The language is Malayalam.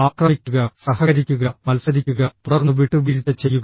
ആക്രമിക്കുക സഹകരിക്കുക മത്സരിക്കുക തുടർന്ന് വിട്ടുവീഴ്ച ചെയ്യുക